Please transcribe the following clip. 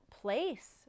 place